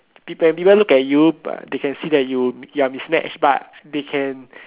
people when people look at you but they can see that you ya mismatched part they can